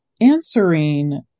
answering